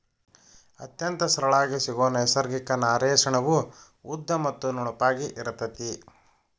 ಅತ್ಯಂತ ಸರಳಾಗಿ ಸಿಗು ನೈಸರ್ಗಿಕ ನಾರೇ ಸೆಣಬು ಉದ್ದ ಮತ್ತ ನುಣುಪಾಗಿ ಇರತತಿ